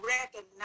recognize